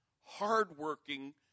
Hardworking